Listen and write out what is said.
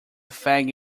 fag